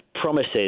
promises